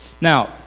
Now